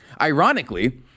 Ironically